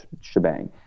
shebang